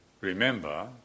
remember